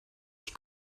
die